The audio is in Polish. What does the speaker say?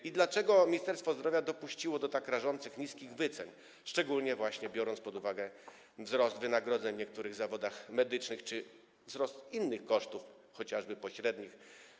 I dlaczego Ministerstwo Zdrowia dopuściło do tak rażąco niskich wycen, szczególnie biorąc pod uwagę wzrost wynagrodzeń w niektórych zawodach medycznych czy wzrost innych kosztów, chociażby pośrednich?